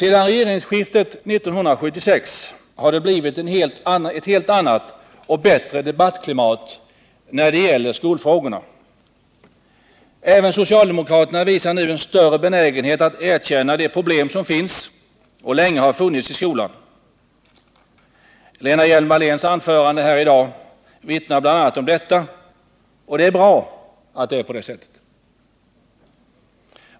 Efter regeringsskiftet 1976 har det blivit ett helt annat och bättre debattklimat när det gäller skolfrågorna. Även socialdemokraterna visar nu större benägenhet att erkänna de problem som finns och som länge har funnits i skolan. Lena Hjelm-Walléns anförande här i dag vittnar bl.a. om detta. Det är bra att det är så.